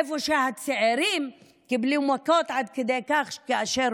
איפה שהצעירים קיבלו מכות עד כדי כך שכאשר